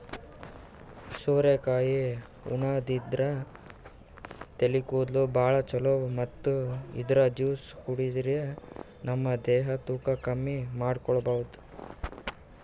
ಸೋರೆಕಾಯಿ ಉಣಾದ್ರಿನ್ದ ತಲಿ ಕೂದಲ್ಗ್ ಭಾಳ್ ಛಲೋ ಮತ್ತ್ ಇದ್ರ್ ಜ್ಯೂಸ್ ಕುಡ್ಯಾದ್ರಿನ್ದ ನಮ ದೇಹದ್ ತೂಕ ಕಮ್ಮಿ ಮಾಡ್ಕೊಬಹುದ್